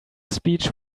speech